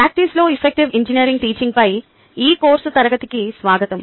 ప్రాక్టీస్లో effective engineering teaching పై ఈ కోర్సుకు తిరిగి స్వాగతం